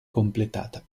completata